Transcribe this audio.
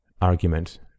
argument